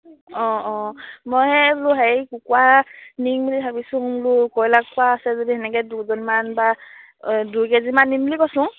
অঁ অঁ মই সেই বোলো হেৰি কুকুৰা নিম বুলি ভাবিছোঁ বোলো কয়লা কুকুৰা আছে যদি তেনেকৈ দুজনীমান বা দুই কেজিমান নিম বুলি কৈছোঁ